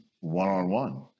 one-on-one